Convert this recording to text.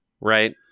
right